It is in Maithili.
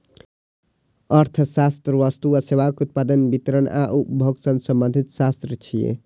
अर्थशास्त्र वस्तु आ सेवाक उत्पादन, वितरण आ उपभोग सं संबंधित शास्त्र छियै